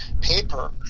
paper